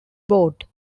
board